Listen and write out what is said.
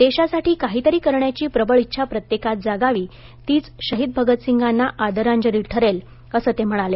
देशासाठी काहीतरी करण्याची प्रबळ इच्छा प्रत्येकात जागावी तीच शहीद भगतसिंगांना आदरांजली ठरेल असं ते म्हणाले